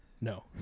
No